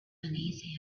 uneasy